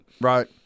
Right